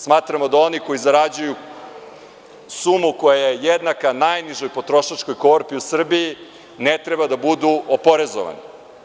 Smatramo da oni koji zarađuju sumu koja je jednaka najnižoj potrošačkoj korpi u Srbiji ne treba da budu oporezovani.